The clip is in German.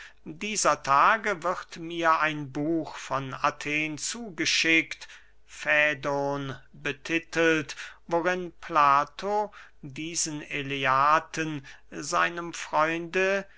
dieser tage wird mir ein buch von athen zugeschickt fädon betitelt worin plato diesen eleaten seinem freunde